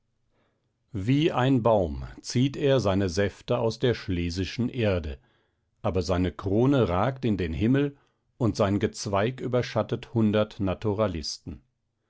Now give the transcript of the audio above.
wie ein baum zieht er seine säfte aus der schlesischen erde aber seine krone ragt in den himmel und sein gezweig überschattet hundert naturalisten